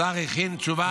השר הכין תשובה.